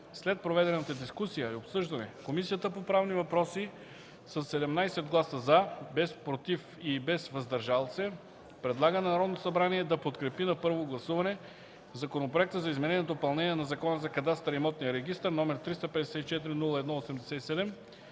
След проведената дискусия и обсъждане Комисията по правни въпроси със 17 гласа „за”, без „против” и „въздържал се” предлага на Народното събрание да подкрепи на първо гласуване Законопроекта за изменение и допълнение на Закона за кадастъра и имотния регистър, № 354-01-87,